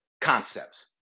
concepts